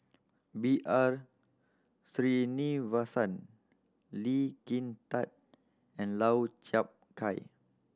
B R Sreenivasan Lee Kin Tat and Lau Chiap Khai